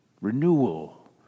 renewal